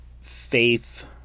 faith